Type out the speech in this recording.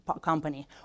company